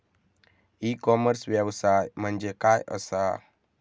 E commerce व्यवसाय म्हणजे काय असा?